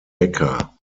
becker